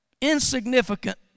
insignificant